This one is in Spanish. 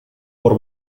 por